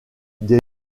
des